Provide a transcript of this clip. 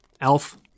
Elf